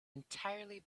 entirely